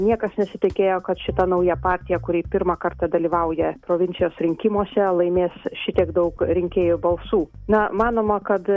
niekas nesitikėjo kad šita nauja partija kuri pirmą kartą dalyvauja provincijos rinkimuose laimės šitiek daug rinkėjų balsų na manoma kad